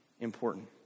important